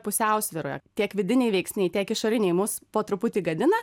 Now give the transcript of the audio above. pusiausvyroje tiek vidiniai veiksniai tiek išoriniai mus po truputį gadina